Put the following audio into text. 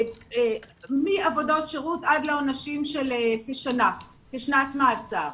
מעבודות שירות עד לעונשים של שנה כשנת מאסר.